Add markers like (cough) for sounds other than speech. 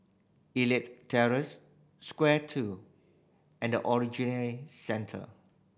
Elite Terrace Square Two and The (unintelligible) Centre